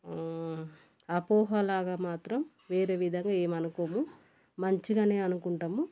అపోహలాగా మాత్రం వేరే విధంగా ఏమి అనుకోము మంచిగానే అనుకుంటాము